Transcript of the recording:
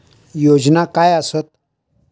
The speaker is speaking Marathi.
योजना काय आसत?